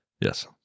Yes